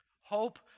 Hope